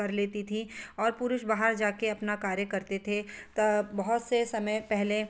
कर लेती थी और पुरुष बाहर जा के अपना कार्य करते थे तब बहुत से समय पहले